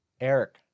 Eric